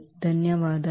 ధన్యవాదాలు